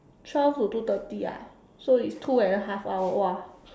twelve to two thirty ah so it's two and a half hour !wah!